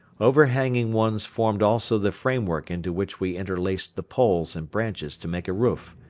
overhanging ones formed also the framework into which we interlaced the poles and branches to make a roof,